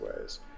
ways